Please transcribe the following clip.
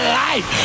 life